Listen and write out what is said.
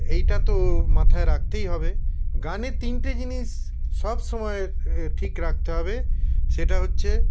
এইটা তো মাথায় রাখতেই হবে গানে তিনটে জিনিস সবসময় ঠিক রাখতে হবে সেটা হচ্ছে